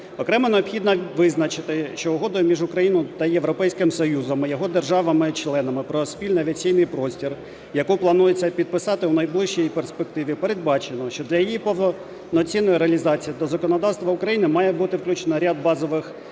Окремо необхідно визначити, що Угодою між Україною та Європейським Союзом і його державами-членами про спільний авіаційний простір, яку планується підписати у найближчій перспективі, передбачено, що для її повноцінної реалізації до законодавства України має бути включено ряд базових